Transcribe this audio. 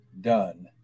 done